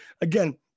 again